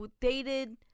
Dated